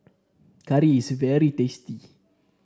is very tasty